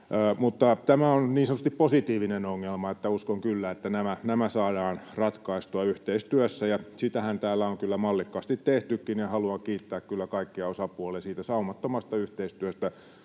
tämä on niin sanotusti positiivinen ongelma, ja uskon kyllä, että nämä saadaan ratkaistua yhteistyössä, ja sitähän täällä on kyllä mallikkaasti tehtykin. Haluan kiittää kyllä kaikkia osapuolia siitä saumattomasta yhteistyöstä